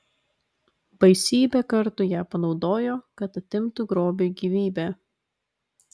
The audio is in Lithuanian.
baisybę kartų ją panaudojo kad atimtų grobiui gyvybę